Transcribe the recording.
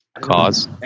Cause